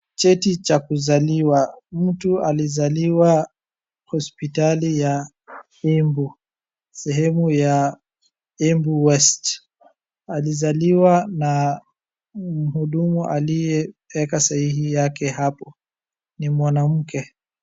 Cheti cha kuzaliwa. Mtu alizaliwa hospitali ya Embu, sehemu ya Embu West . Alizaliwa na mhudumu aliweka sahihi yake hapo ni mwanamke.